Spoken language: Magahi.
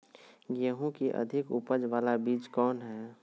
गेंहू की अधिक उपज बाला बीज कौन हैं?